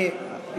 אדוני,